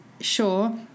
sure